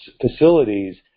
facilities